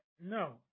no